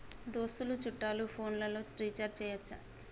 దోస్తులు చుట్టాలు ఫోన్లలో రీఛార్జి చేయచ్చా?